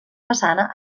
façana